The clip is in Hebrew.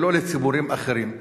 ולא לציבורים אחרים?